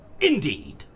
Indeed